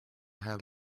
have